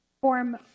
form